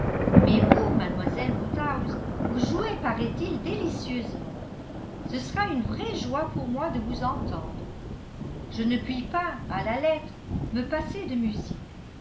mais vous mademoiselle woodhouse vous jouez paraît-il délicieusement ce sera une vraie joie pour moi de vous entendre je ne puis pas à la lettre me passer de musique